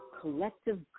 Collective